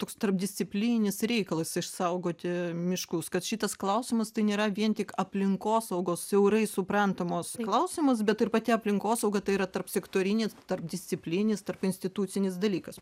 toks tarpdisciplininis reikalas išsaugoti miškus kad šitas klausimas tai nėra vien tik aplinkosaugos siaurai suprantamos klausimas bet ir pati aplinkosauga tai yra tarpsektorinis tarpdisciplinis tarpinstitucinis dalykas